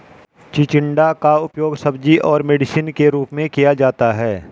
चिचिण्डा का उपयोग सब्जी और मेडिसिन के रूप में किया जाता है